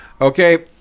Okay